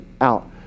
out